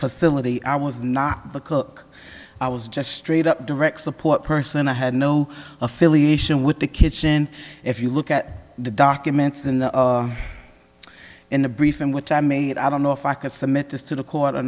facility i was not the cook i was just straight up direct support person i had no affiliation with the kitchen if you look at the documents in the in the brief in which i made it i don't know if i could submit this to the court or